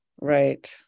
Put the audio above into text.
right